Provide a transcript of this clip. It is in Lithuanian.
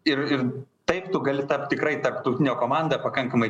ir ir taip tu gali tapt tikrai tarptautine komanda pakankamai